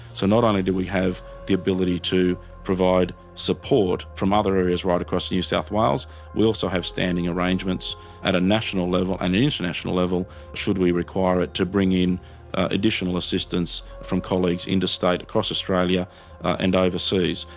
so not only do we have the ability to provide support from other areas right across new south wales we also have standing arrangements at a national level an international level, should we require it to bring in additional assistance from colleagues interstate across australia and overseas.